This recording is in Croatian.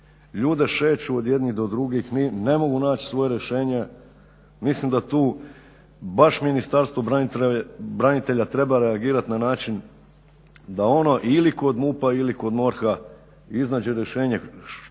Ljude šeću od jednih do drugih, ne mogu naći svoje rješenje. Mislim da tu baš Ministarstvo branitelja treba reagirati na način da ono ili kod MUP-a ili kod MORH-a iznađe rješenje